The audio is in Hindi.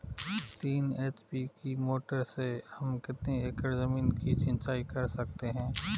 तीन एच.पी की मोटर से हम कितनी एकड़ ज़मीन की सिंचाई कर सकते हैं?